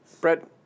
Brett